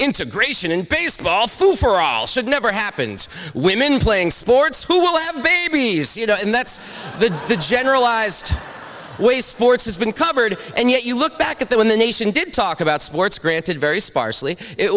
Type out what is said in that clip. integration in baseball food for all should never happens women playing sports who will have babies you know and that's the generalized way sports has been covered and yet you look back at that when the nation did talk about sports granted very sparsely it